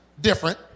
different